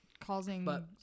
causing